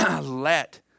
let